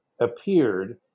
appeared